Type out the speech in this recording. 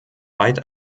weit